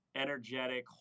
energetic